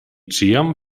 ĉiam